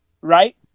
right